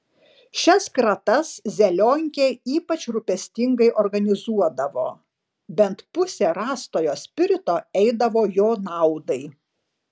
šias kratas zelionkė ypač rūpestingai organizuodavo bent pusė rastojo spirito eidavo jo naudai